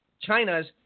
China's